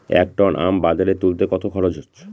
এক টন আম বাজারে তুলতে কত খরচ?